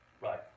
Right